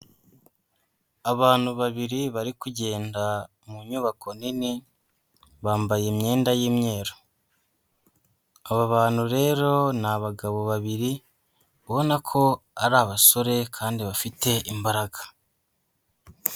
Abantu babiri bari kugenda mu nyubako nini, bambaye imyenda y'imyeru, aba bantu rero ni abagabo babiri ubona ko ari abasore kandi bafite imbaraga.